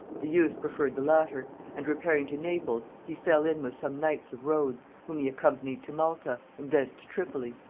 the youth preferred the latter and repairing to naples, he fell in with some knights of rhodes, whom he accompanied to malta, and thence to tripoli,